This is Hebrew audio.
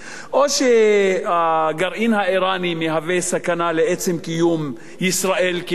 או שהגרעין האירני מהווה סכנה לעצם קיום ישראל כמדינה